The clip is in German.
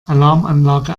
alarmanlage